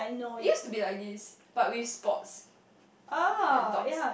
it used to be like this but with spots like dots